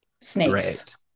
Snakes